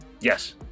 Yes